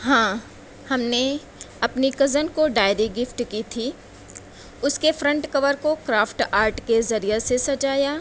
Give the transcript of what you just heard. ہاں ہم نے اپنی کزن کو ڈائری گفٹ کی تھی اس کے فرنٹ کور کو کرافٹ آرٹ کے ذریعہ سے سجایا